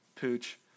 Pooch